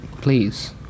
please